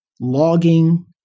logging